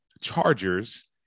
Chargers